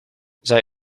zij